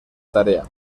tarea